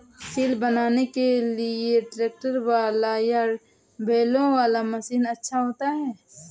सिल बनाने के लिए ट्रैक्टर वाला या बैलों वाला मशीन अच्छा होता है?